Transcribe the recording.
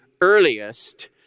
earliest